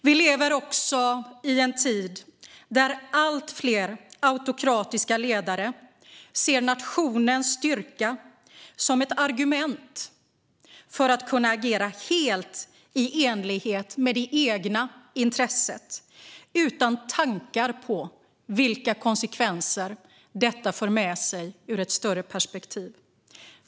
Vi lever också i en tid där allt fler autokratiska ledare ser nationens styrka som ett argument för att kunna agera helt i enlighet med det egna intresset utan tankar på vilka konsekvenser detta för med sig i ett större perspektiv.